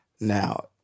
now